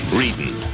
reading